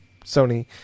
Sony